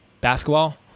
basketball